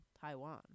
Taiwan